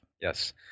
Yes